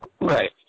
Right